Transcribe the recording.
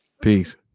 Peace